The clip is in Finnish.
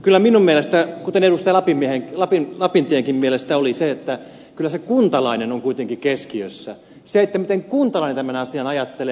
kyllä minun mielestäni kuten edustaja lapintienkin mielestä se kuntalainen on kuitenkin keskiössä se miten kuntalainen tämän asian ajattelee